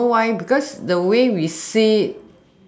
you know why because the way we say